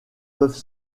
peuvent